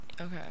Okay